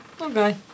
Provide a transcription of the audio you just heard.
Okay